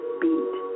beat